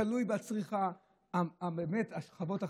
תלוי באמת בצריכה של השכבות החלשות,